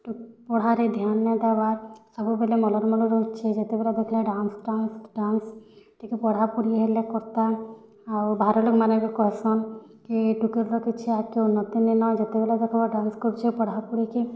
ପଢ଼ାରେ ଧ୍ୟାନ୍ ନାଇ ଦବାର୍ ସବୁବେଲେ ହଉଚି ଯେତେବେଲେ ଦେଖିଲେ ଡ଼ାନ୍ସ୍ ଡ଼ାନ୍ସ୍ ଡ଼ାନ୍ସ୍ ଟିକେ ପଢ଼ାପୁଢ଼ି ହେଲେ କର୍ତା ଆଉ ବାହାର୍ ଲୋକ୍ ମାନେ ବି କହେସନ୍ କି ଏ ଟୁକେଲ୍ ର କିଛି ଆଗକେ ଉର୍ଣ୍ଣତ୍ତି ନେହିଁନ ଯେତେବେଲେ ଦେଖିଲ ଡ଼ାନ୍ସ୍ କରୁଛି ପଢ଼ାପୁଢ଼ି କି